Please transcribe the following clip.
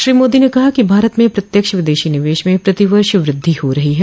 श्री मोदी ने कहा कि भारत में प्रत्यक्ष विदेशी निवेश में प्रति वर्ष वृद्धि हो रही है